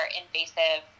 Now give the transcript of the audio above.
invasive